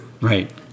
right